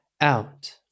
Out